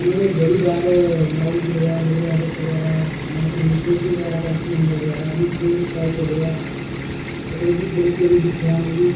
उनें बड़े बार माउंट बगैरा जेहड़ी ऐ ऐवरस्ट बगैरा माउंट के टू बगैरा कंचन चुगां बगैरा उनें गी स्कोर कीते ऐ चढे़आ ऐ एह् ते उंहे बड़ा कोला दिक्खा उनेंगी